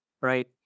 right